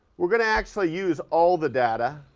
we're going to actually use all the data